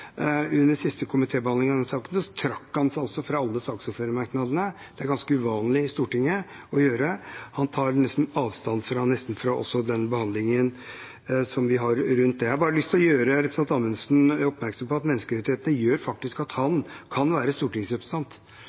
Under den siste komitébehandlingen i denne saken trakk han seg fra alle saksordførermerknadene. Det er ganske uvanlig å gjøre i Stortinget. Han tar nesten også avstand fra den behandlingen vi har rundt det. Jeg har lyst til å gjøre representanten Amundsen oppmerksom på at menneskerettighetene faktisk gjør at han kan være stortingsrepresentant